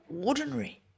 ordinary